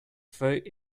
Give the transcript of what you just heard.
fruit